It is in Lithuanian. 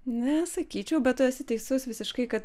nesakyčiau bet tu esi teisus visiškai kad